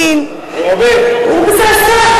על כל שיחה ושיחה של אדם, אפילו עם אשתו,